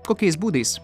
kokiais būdais